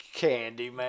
Candyman